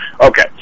Okay